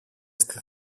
στη